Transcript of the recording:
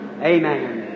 Amen